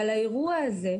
אבל האירוע הזה,